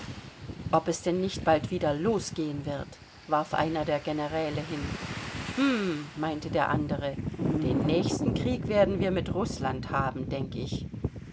ob es denn nicht bald wieder losgehen wird warf einer der generäle hin hm meinte der andere den nächsten krieg werden wir mit rußland haben denk ich